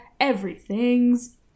everything's